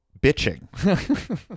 bitching